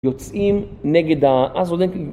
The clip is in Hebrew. יוצאים נגד ה...אז עוד אין